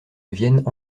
viennent